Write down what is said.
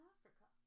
Africa